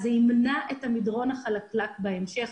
זה ימנע לתפיסתי את המדרון החלקלק בהמשך.